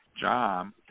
John